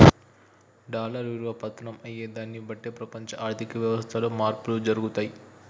dollar విలువ పతనం అయ్యేదాన్ని బట్టే ప్రపంచ ఆర్ధిక వ్యవస్థలో మార్పులు జరుగుతయి